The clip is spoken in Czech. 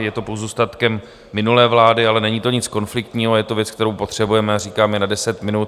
Je to pozůstatek minulé vlády, ale není to nic konfliktního a je to věc, kterou potřebujeme, a říkám, je na deset minut.